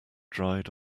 dried